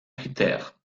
critères